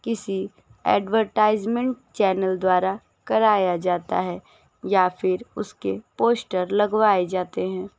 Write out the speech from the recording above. किसी advertisement channel द्वारा कराया जाता है या फिर उसके पोस्टर लगवाए जाते हैं